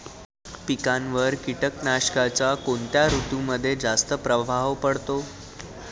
पिकांवर कीटकनाशकांचा कोणत्या ऋतूमध्ये जास्त प्रभाव पडतो?